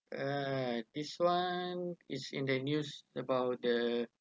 uh this one is in the news about the